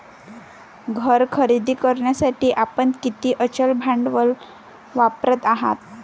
घर खरेदी करण्यासाठी आपण किती अचल भांडवल वापरत आहात?